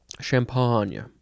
champagne